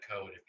code